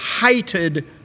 hated